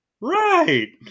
Right